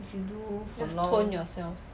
!hannor!